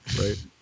right